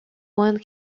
one